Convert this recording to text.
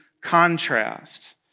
contrast